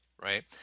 right